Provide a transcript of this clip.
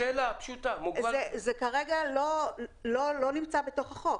זה כרגע לא נמצא בתוך החוק.